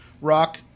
Rock